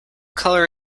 colour